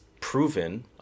proven